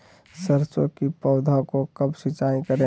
सरसों की पौधा को कब सिंचाई करे?